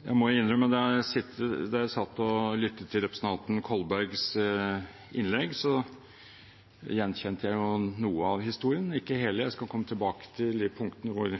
Jeg må innrømme at da jeg satt og lyttet til representanten Kolbergs innlegg, gjenkjente jeg noe av historien, men ikke hele. Jeg skal komme tilbake til de punktene hvor